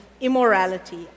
immorality